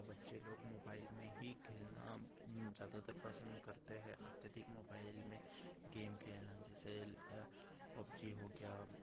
बच्चे लोग मोबाइल में ही खेलना ज़्यादातर पसंद करते हैं अत्यधिक मोबाइल में गेम खेलना जैसे पबजी हो गया